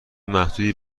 محدودی